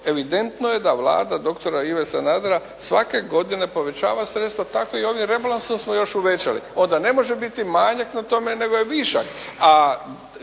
evidentno je da Vlada doktora Ive Sanadera svake godine povećava sredstva, tako i ovim rebalansom smo još uvećali, onda ne može biti manjak na tome, nego je višak,